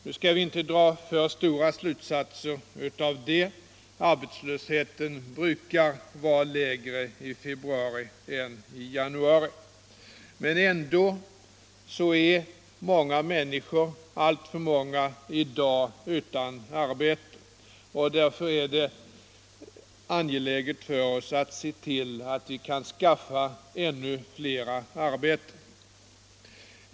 Nu skall vi dock inte dra för stora slutsatser av detta. Arbetslösheten brukar vara lägre i februari än i januari. Men ändå är många människor — alltför många — i dag utan arbete. Därför är det angeläget för oss att se till att vi kan skaffa ännu flera arbeten.